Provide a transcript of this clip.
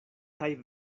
kaj